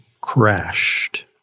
crashed